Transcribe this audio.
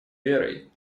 верой